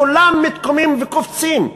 כולם מתקוממים וקופצים,